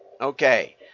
Okay